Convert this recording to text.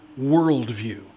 worldview